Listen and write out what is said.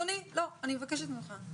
אני מבקשת ממך,